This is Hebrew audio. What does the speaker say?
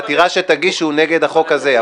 בעתירה שתגישו נגד החוק הזה.